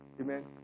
Amen